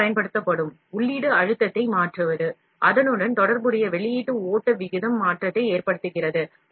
பொருளுக்கு பயன்படுத்தப்படும் உள்ளீட்டு அழுத்தத்தை மாற்றுவது அதனுடன் தொடர்புடைய வெளியீட்டு ஓட்ட விகிதம் மாற்றத்தை ஏற்படுத்துகிறது